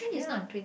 ya